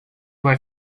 vai